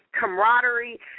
camaraderie